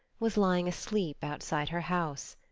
was lying asleep outside her house.